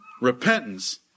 Repentance